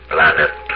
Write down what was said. Planet